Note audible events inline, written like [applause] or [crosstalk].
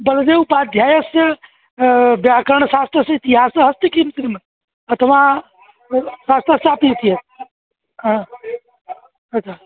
बल्देव उपाध्यायस्य व्याकरणशास्त्रस्य इतिहासः अस्ति किं अथवा शास्त्रस्य अपि [unintelligible]